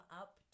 up